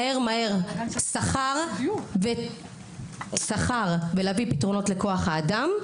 מהר, מהר שכר ולהביא פתרונות לכוח האדם.